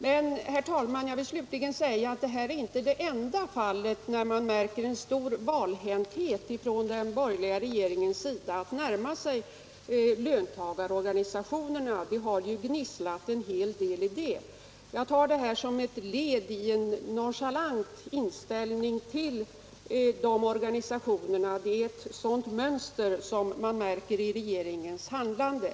Men jag vill också säga, herr talman, att detta inte är det enda fallet där man märker en stor valhänthet från den borgerliga regeringens sida när det gäller att närma sig löntagarorganisationerna. Det har ju gnisslat en hel del i det avseendet. Jag uppfattar det här som ett led i en nonchalant inställning till de organisationerna; man märker ett sådant mönster i regeringens handlande.